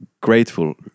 grateful